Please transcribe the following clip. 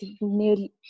nearly